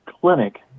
clinic